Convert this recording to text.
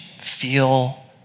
feel